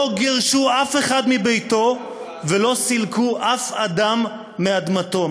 לא גירשו אף אחד מביתו ולא סילקו אף אדם מאדמתו.